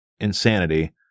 insanity